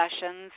sessions